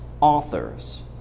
authors